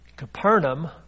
Capernaum